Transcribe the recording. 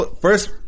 first